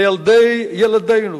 לילדי-ילדינו,